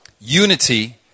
Unity